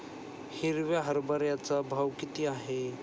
हिरव्या हरभऱ्याचा भाव किती आहे?